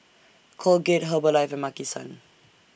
Colgate Herbalife and Maki San